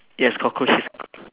yes cockroach is